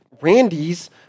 Randy's